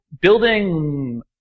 building